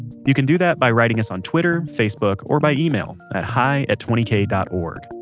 you can do that by writing us on twitter, facebook or by email at hi at twenty k dot org.